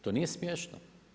To nije smiješno.